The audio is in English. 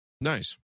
Nice